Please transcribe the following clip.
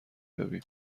یابیم